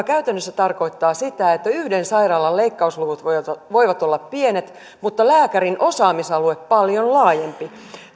käytännössä tarkoittaa sitä että yhden sairaalan leikkausluvut voivat voivat olla pienet mutta lääkärin osaamisalue paljon laajempi